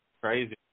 Crazy